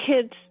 kids